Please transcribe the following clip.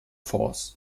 force